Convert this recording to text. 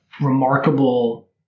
remarkable